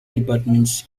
departments